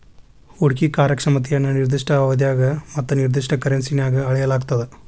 ಹೂಡ್ಕಿ ಕಾರ್ಯಕ್ಷಮತೆಯನ್ನ ನಿರ್ದಿಷ್ಟ ಅವಧ್ಯಾಗ ಮತ್ತ ನಿರ್ದಿಷ್ಟ ಕರೆನ್ಸಿನ್ಯಾಗ್ ಅಳೆಯಲಾಗ್ತದ